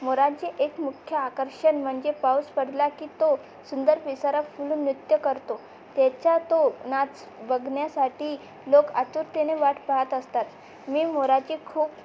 मोरांचे एक मुख्य आकर्षण म्हणजे पाऊस पडला की तो सुंदर पिसारा फुलुन नृत्य करतो त्याचा तो नाच बघण्यासाठी लोक आतुरतेने वाट पाहात असतात मी मोराची खूप